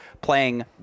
playing